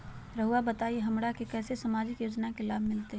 रहुआ बताइए हमरा के कैसे सामाजिक योजना का लाभ मिलते?